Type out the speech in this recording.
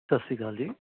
ਸਤਿ ਸ਼੍ਰੀ ਅਕਾਲ ਜੀ